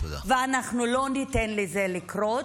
ואנחנו לא ניתן לזה לקרות.